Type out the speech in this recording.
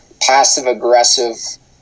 passive-aggressive